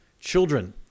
children